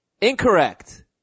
Incorrect